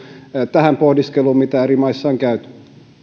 tähän pohdiskeluun mitä eri maissa on käyty